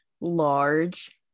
large